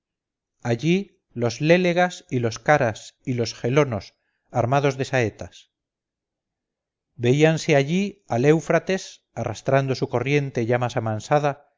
allí los lélegas y los caras y los gelonos armados de saetas veíanse allí al éufrates arrastrando su corriente ya más amansada